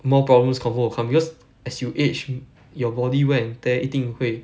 more problems confirm will come because as you age your body wear and tear 一定会